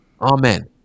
Amen